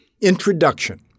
Introduction